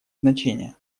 значение